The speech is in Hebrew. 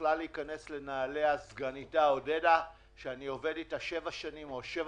יכלה להיכנס לנעליה סגניתה עודדה שאני עובד איתה שבע שנים וחצי.